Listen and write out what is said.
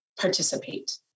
participate